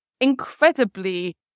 incredibly